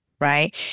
right